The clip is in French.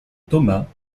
thomas